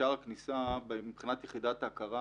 שער הכניסה מבחינת יחידת ההכרה